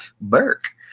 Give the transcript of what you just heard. Burke